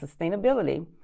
sustainability